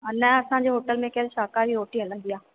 अ न असांजे होटल में के शाकाहारी रोटी हलंदी आहे